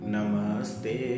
Namaste